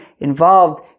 involved